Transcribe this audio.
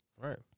Right